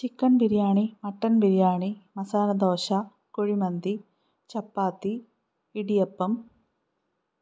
chicken biryani mutton biryani masala dosa kuzhimandi chapati idiyappam